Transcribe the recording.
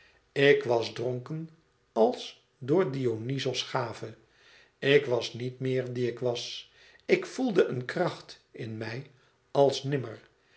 ik was dronken als door dionyzos gave ik was niet meer die ik was ik voelde een kracht in mij als nimmer